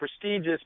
prestigious